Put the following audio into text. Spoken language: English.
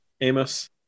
Amos